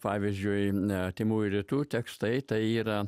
pavyzdžiui artimųjų rytų tekstai tai yra